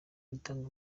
ritanga